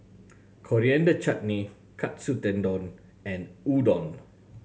Coriander Chutney Katsu Tendon and Udon